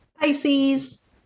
Pisces